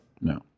No